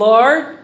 Lord